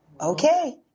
okay